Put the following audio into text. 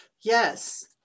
Yes